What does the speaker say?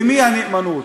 למי הנאמנות?